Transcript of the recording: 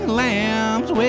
lambs